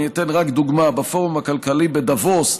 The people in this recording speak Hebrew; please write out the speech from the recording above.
אני אתן רק דוגמה את הפורום הכלכלי בדבוס,